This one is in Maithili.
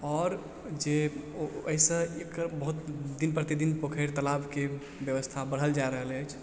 आओर जे अइसँ एकर बहुत दिन प्रतिदिन पोखरि तालाबके व्यवस्था बढ़ल जा रहल अछि